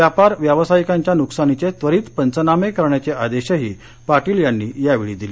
व्यापार व्यावसायिकांच्या नुकसानीचे त्वरीत पंचनामे करण्याचे आदेशही पाटील यांनी या वेळी दिले